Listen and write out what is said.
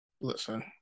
listen